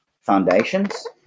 foundations